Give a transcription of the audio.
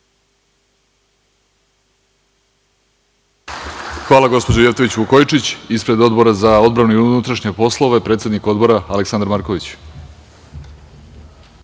Hvala, gospođo Jefotović Vukojičić. Ispred Odbora za odbranu i unutrašnje poslove, predsednik Odbora Aleksandar Marković.